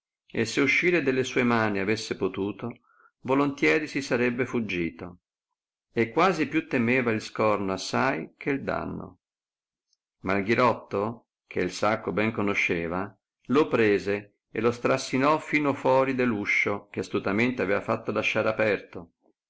e se uscire delle sue mani avesse potuto volontieri si sarebbe fuggito e quasi più temeva il scorno assai che danno ma ghirotto che sacco ben conosceva lo prese e lo strassinò fino fuori de uscio che astutamente aveva fatto lasciare aperto